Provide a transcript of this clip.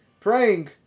praying